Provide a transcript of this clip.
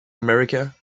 america